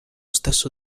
stesso